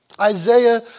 Isaiah